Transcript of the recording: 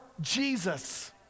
Jesus